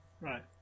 Right